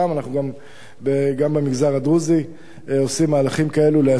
גם במגזר הדרוזי עושים מהלכים כאלו להסב